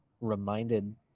reminded